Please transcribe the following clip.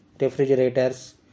refrigerators